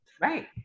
right